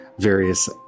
various